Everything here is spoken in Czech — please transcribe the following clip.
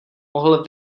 mohl